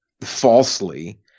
falsely